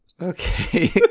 Okay